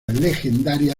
legendaria